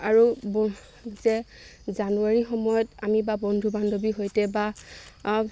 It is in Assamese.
আৰু যে জানুৱাৰী সময়ত আমি বা বন্ধু বান্ধৱী সৈতে বা